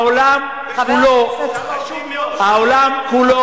העולם כולו,